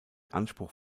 anspruch